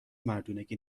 مردونگی